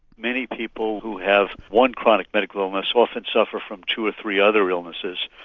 many people who have one chronic medical illness also suffer from two or three other illnesses.